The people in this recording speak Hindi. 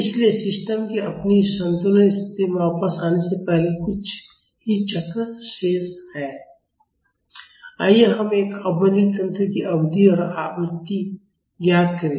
इसलिए सिस्टम के अपनी संतुलन स्थिति में वापस आने से पहले कुछ ही चक्र शेष हैं आइए हम एक अवमंदित तंत्र की अवधि और आवृत्ति ज्ञात करें